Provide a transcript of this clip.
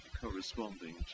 corresponding